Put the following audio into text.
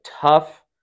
tough